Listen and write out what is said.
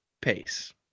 Pace